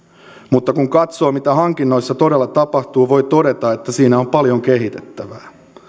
mutta kun katsoo mitä hankinnoissa todella tapahtuu voi todeta että siinä on paljon kehitettävää